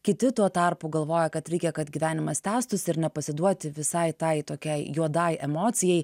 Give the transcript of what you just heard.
kiti tuo tarpu galvoja kad reikia kad gyvenimas tęstųsi ir nepasiduoti visai tai tokiai juodai emocijai